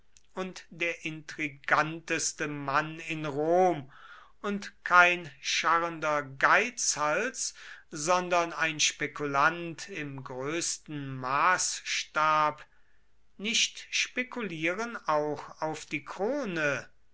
und der intriganteste mann in rom und kein scharrender geizhals sondern ein spekulant im größten maßstab nicht spekulieren auch auf die krone